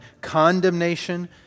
condemnation